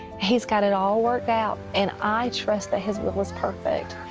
he has got it all worked out. and i trust that his will is perfect.